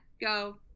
Go